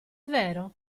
vero